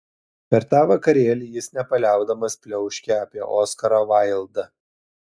per tą vakarėlį jis nepaliaudamas pliauškė apie oskarą vaildą